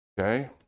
Okay